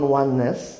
oneness